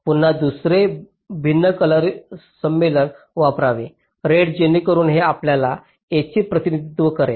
पुन्हा दुसरे भिन्न कलर संमेलन वापरणे रेड जेणेकरून हे आपल्या A चे प्रतिनिधित्व करेल